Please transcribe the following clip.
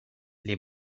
les